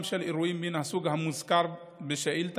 של אירועים מן הסוג המוזכר בשאילתה,